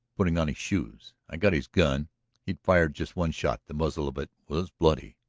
putting on his shoes! i got his gun he'd fired just one shot. the muzzle of it was bloody.